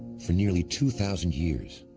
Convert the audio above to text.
for nearly two thousand years,